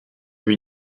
lui